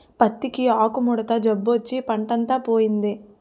పత్తికి ఆకుముడత జబ్బొచ్చి పంటంతా పోయింది